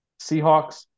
Seahawks